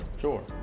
sure